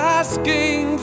asking